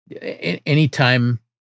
anytime